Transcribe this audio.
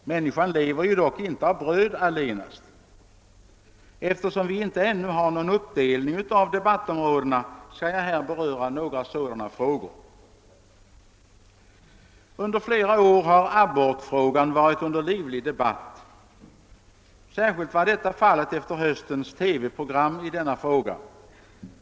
Människan lever ju inte av bröd ailenast. Vi har ännu inte delat upp remissdebatten på olika debattområden, och jag kan därför nu beröra några sådana frågor. Under flera år har abortfrågan varit under livlig debatt. Särskilt livligt debatterades den efter höstens TV-program i denna fråga.